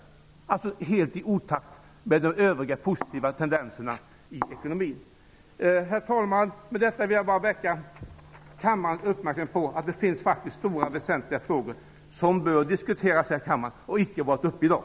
Byggbranschen kommer alltså att vara helt i otakt med övriga, positiva tendenser i ekonomin. Herr talman! Med detta vill jag bara fästa kammarens uppmärksamhet på att det faktiskt finns stora, väsentliga frågor som bör diskuteras här men som inte har varit uppe i dag.